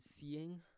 seeing